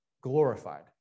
glorified